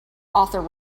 author